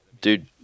dude